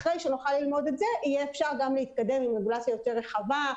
אחרי שנוכל ללמוד את זה יהיה אפשר גם להתקדם עם רגולציה יותר רחבה,